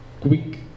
quick